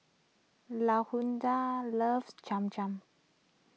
Lashunda loves Cham Cham